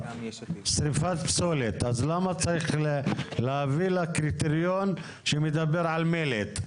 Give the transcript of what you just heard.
שריפת פסולת אז למה צריך להביא לקריטריון שמדבר על מלט?